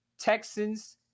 Texans